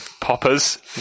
Poppers